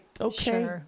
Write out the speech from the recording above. okay